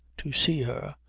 to see her,